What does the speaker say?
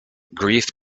grief